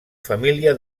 família